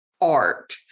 art